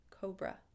cobra